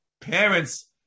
parents